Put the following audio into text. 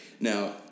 Now